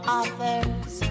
others